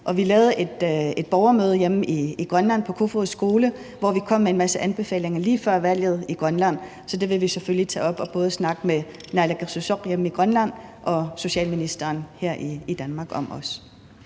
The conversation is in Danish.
Grønland et borgermøde hjemme i Grønland på Kofoeds Skole, hvor vi kom med en masse anbefalinger, så det vil vi selvfølgelig tage op og både snakke med naalakkersuisoq hjemme i Grønland og socialministeren her i Danmark om.